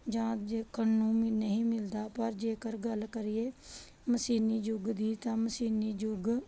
ਜਾਂ ਦੇਖਣ ਨੂੰ ਵੀ ਨਹੀਂ ਮਿਲਦਾ ਪਰ ਜੇਕਰ ਗੱਲ ਕਰੀਏ ਮਸ਼ੀਨੀ ਯੁੱਗ ਦੀ ਤਾਂ ਮਸ਼ੀਨੀ ਯੁੱਗ